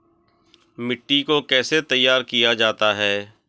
मिट्टी को कैसे तैयार किया जाता है?